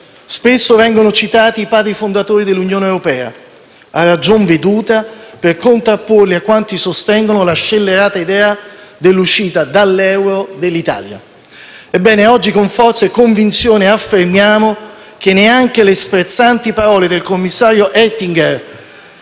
Spesso vengono citati i Padri fondatori dell'Unione europea, a ragion veduta, per contrapporli a quanti sostengono la scellerata idea dell'uscita dall'euro dell'Italia. Ebbene, oggi con forza e convinzione affermiamo che neanche le sprezzanti parole del commissario Oettinger